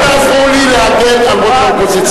אל תעזרו לי להגן על ראש האופוזיציה.